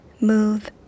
Move